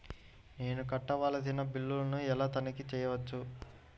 నేను కట్టవలసిన బిల్లులను ఎలా తనిఖీ చెయ్యవచ్చు?